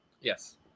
yes